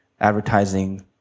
advertising